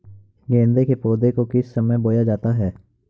गेंदे के पौधे को किस समय बोया जाता है?